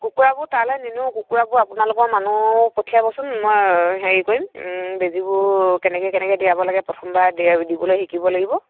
কুকুৰাবোৰ তালৈ নিনো কুকুৰাবোৰ আপোনালোকৰ মানুহ পঠিয়াবচোন মই হেৰি কৰিম বেজীবোৰ কেনেকৈ কেনেকৈ দিয়াব লাগে প্ৰথমবাৰ দি দিবলৈ শিকিব লাগিব